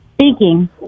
Speaking